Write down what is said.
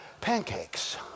pancakes